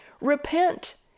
Repent